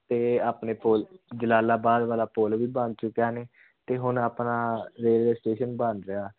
ਅਤੇ ਆਪਣੇ ਕੋਲ ਜਲਾਲਾਬਾਦ ਵਾਲਾ ਪੁਲ ਵੀ ਬਣ ਚੁੱਕਿਆ ਨੇ ਅਤੇ ਹੁਣ ਆਪਣਾ ਰੇਲਵੇ ਸਟੇਸ਼ਨ ਬਣ ਰਿਹਾ